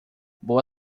boa